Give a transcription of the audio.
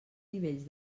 nivells